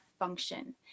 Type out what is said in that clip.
Function